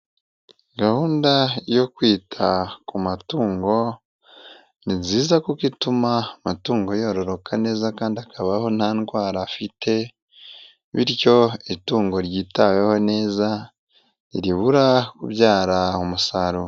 Gahunda yo kwita ku matungo ni nziza kuko ituma amatungo yororoka neza kandi akabaho nta ndwara afite, bityo itungo ryitaweho neza ntiribura kubyara umusaruro.